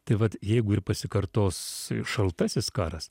tai vat jeigu ir pasikartos šaltasis karas